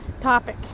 topic